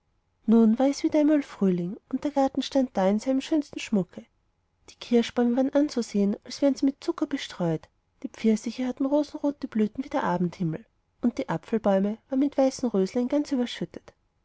nun war es wieder einmal frühling und der garten stand da in seinem schönsten schmucke die kirschbäume waren anzusehen als wären sie mit zucker bestreut die pfirsiche hatten rosenrote blüten wie der abendhimmel und die äpfelbäume waren mit weißen röslein ganz überschüttet